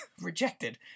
rejected